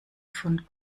von